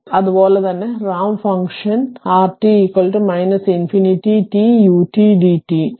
അതുപോലെ തന്നെ റാമ്പ് ഫംഗ്ഷന് rt അനന്തത t ut d t വലത്തേക്ക്